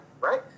Right